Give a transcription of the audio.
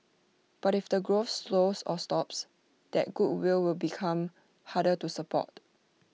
but if the growth slows or stops that goodwill will become harder to support